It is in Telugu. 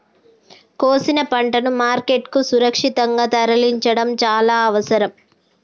కోసిన పంటను మార్కెట్ కు సురక్షితంగా తరలించడం చాల అవసరం